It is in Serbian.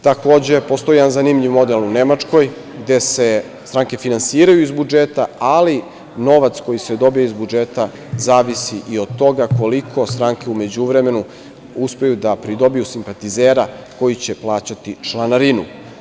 Takođe, postoji jedan zanimljiv model u Nemačkoj gde se stranke finansiraju iz budžeta, ali novac koji se dobije iz budžeta, zavisi i od toga koliko stranke u međuvremenu uspeju da pridobiju simpatizera koji će plaćati članarinu.